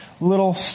little